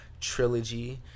trilogy